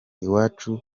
iwacu